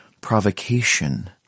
provocation